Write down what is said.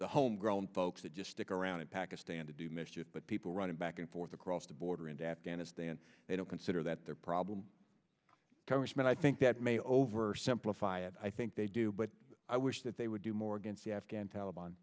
the home grown folks that just stick around in pakistan to do mischief but people running back and forth across the border into afghanistan they don't consider that their problem congressman i think that may over simplify it i think they do but i wish that they would do more against the afghan taliban